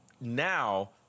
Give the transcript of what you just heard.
now